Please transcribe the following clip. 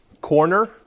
corner